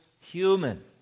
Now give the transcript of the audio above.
human